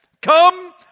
Come